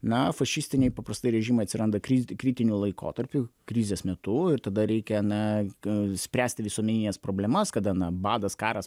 na fašistiniai paprastai režimai atsiranda kriti kritiniu laikotarpiu krizės metu ir tada reikia na k spręsti visuomenines problemas kada na badas karas